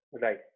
right